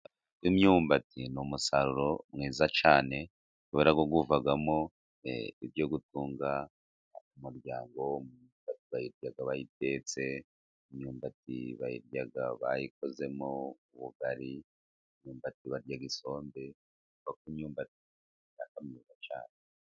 Imyumbati ni umusaruro mwiza cyane kubera ko ivamo ibyo gutunga umuryango bayirya bayitetse imyumbati bayirya bayikozemo ubugari, imyumbati bayirya isombe imyumbati ifite akamaro cyane.